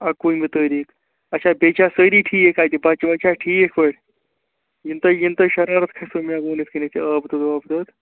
اَکوُہمہِ تٲریٖخ اَچھا بیٚیہِ چھا سٲری ٹھیٖک اَتہِ بَچہٕ وَچہٕ چھا ٹھیٖک پٲٹھۍ یِنہٕ تۄہہِ یِنہٕ تۄہہِ شرارَت کھٔسوٕ مےٚ ووٚن یِتھٕ کٔنٮ۪تھ یہِ آب تہٕ واب دۄد